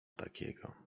takiego